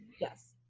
Yes